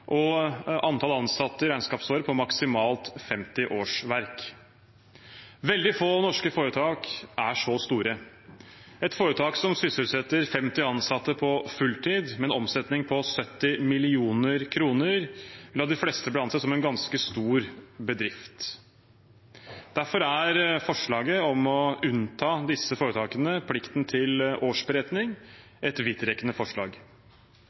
og antall ansatte i regnskapsåret med maksimalt 50 årsverk. Veldig få norske foretak er så store. Et foretak som sysselsetter 50 ansatte på fulltid, og som har en omsetning på 70 mill. kr, vil av de fleste bli ansett som en ganske stor bedrift. Derfor er forslaget om å unnta disse foretakene plikten til årsberetning et vidtrekkende forslag.